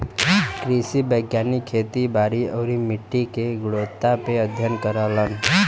कृषि वैज्ञानिक खेती बारी आउरी मट्टी के गुणवत्ता पे अध्ययन करलन